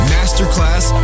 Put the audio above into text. Masterclass